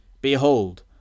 Behold